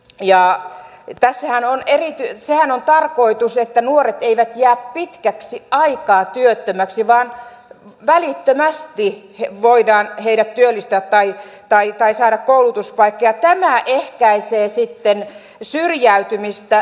ja sitä sehän on keritty sehän on tarkoitus että nuoret eivät jää pitkäksi aikaa työttömiksi vaan välittömästi heidät voidaan työllistää tai he voivat saada koulutuspaikan ja tämä ehkäisee sitten syrjäytymistä